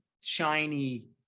shiny